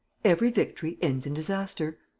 every victory ends in disaster.